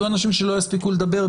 יהיו אנשים שלא יספיקו לדבר,